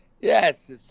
yes